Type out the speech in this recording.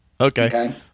Okay